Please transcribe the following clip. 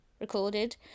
recorded